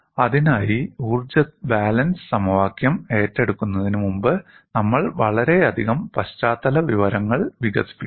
അതിനായി ഊർജ്ജ ബാലൻസ് സമവാക്യം ഏറ്റെടുക്കുന്നതിന് മുമ്പ് നമ്മൾ വളരെയധികം പശ്ചാത്തല വിവരങ്ങൾ വികസിപ്പിക്കുന്നു